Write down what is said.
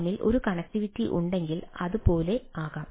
തമ്മിൽ ഒരു കണക്റ്റിവിറ്റി ഉണ്ടെങ്കിൽ അത് പോലെ ആകാം